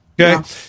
Okay